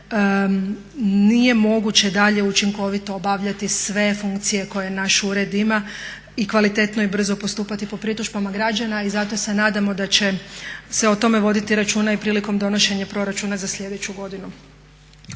nije moguće dalje učinkovito obavljati sve funkcije koje naš ured ima i kvalitetno i brzo postupati po pritužbama građana. I zato se nadamo da će se o tome voditi računa i prilikom donošenja proračuna za sljedeću godinu.